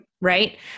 Right